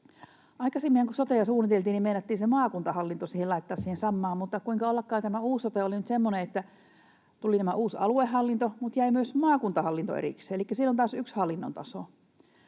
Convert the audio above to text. Aikaisemmin kun sotea suunniteltiin, meinattiin se maakuntahallinto laittaa siihen samaan, mutta, kuinka ollakaan, tämä uusi sote oli nyt semmoinen, että tuli tämä uusi aluehallinto mutta jäi myös maakuntahallinto erikseen, elikkä siellä on taas yksi hallinnon taso.